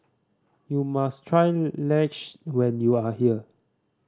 you must try Lasagne when you are here